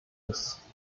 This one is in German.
des